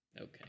Okay